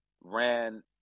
ran